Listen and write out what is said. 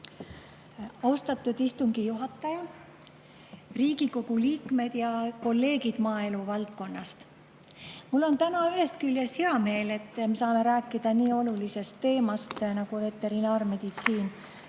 Austatud istungi juhataja, Riigikogu liikmed ja kolleegid maaeluvaldkonnast! Mul on täna ühest küljest hea meel, et me saame rääkida nii olulisest teemast nagu veterinaarmeditsiin,